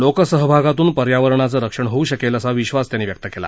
लोकसहभागातून पर्यारवरणाचं रक्षण होऊ शकेल असा विश्वास त्यांनी व्यक्त केला